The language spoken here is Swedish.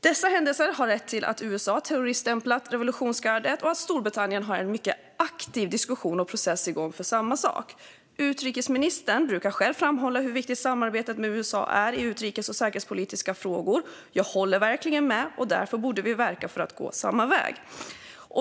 Dessa händelser har lett till att USA har terroriststämplat revolutionsgardet och att Storbritannien har en mycket aktiv diskussion och process igång för samma sak. Utrikesministern brukar själv framhålla hur viktigt samarbetet med USA är i utrikes och säkerhetspolitiska frågor. Jag håller verkligen med, och därför borde vi verka för att gå samma väg.